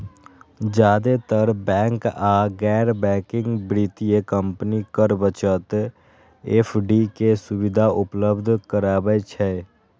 जादेतर बैंक आ गैर बैंकिंग वित्तीय कंपनी कर बचत एफ.डी के सुविधा उपलब्ध कराबै छै